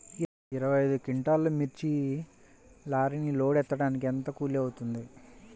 ఇరవై ఐదు క్వింటాల్లు మిర్చి లారీకి లోడ్ ఎత్తడానికి ఎంత కూలి అవుతుంది?